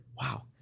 wow